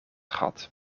gat